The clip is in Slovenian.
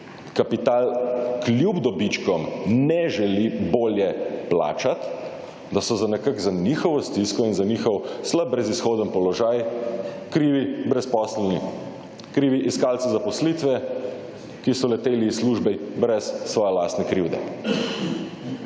kapital klub dobičkom ne želi bolje plačat, da so nekak za njihovo stisko in za njihov slab, brez izhoden položaj, krivi brezposelni, krivi iskalci zaposlitve, ki so leteli iz službe brez svoje lastne krivde.